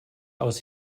aus